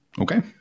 Okay